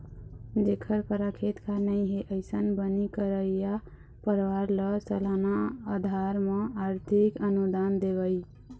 जेखर करा खेत खार नइ हे, अइसन बनी करइया परवार ल सलाना अधार म आरथिक अनुदान देवई